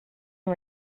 and